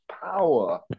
power